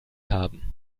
haben